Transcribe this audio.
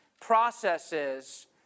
processes